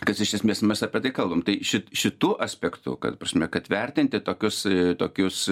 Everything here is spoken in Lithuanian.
kas iš esmės mes apie tai kalbam tai ši šitu aspektu kad prasme kad vertinti tokius tokius